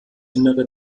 innere